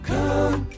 Come